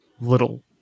little